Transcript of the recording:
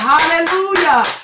Hallelujah